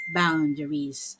boundaries